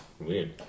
weird